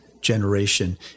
generation